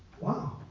wow